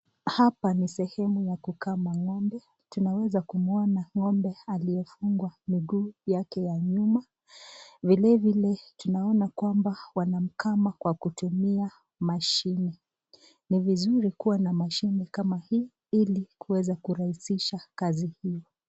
Hapa ni sehemu ya kukama ng'ombe. Tunaweza kumwona ng'ombe aliyefungwa miguu yake ya nyuma. Vilevile tunaona kwamba wanamkama kwa kutumia mashini. Ni vizuri kuwa na mashini kama hii ili kuweza kurahisisha kazi hiyo.